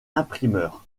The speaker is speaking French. imprimeur